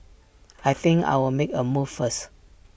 I think I'll make A move first